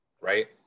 right